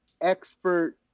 expert